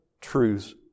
truths